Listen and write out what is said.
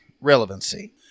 relevancy